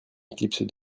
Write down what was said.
éclipse